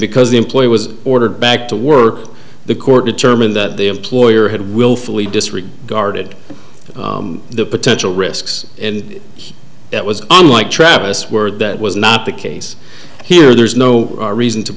because the employee was ordered back to work the court determined that the employer had willfully disregarded the potential risks and that was unlike travis where that was not the case here there's no reason to